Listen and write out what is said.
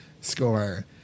score